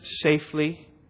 safely